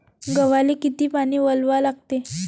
गव्हाले किती पानी वलवा लागते?